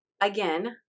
again